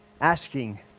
Asking